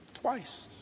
Twice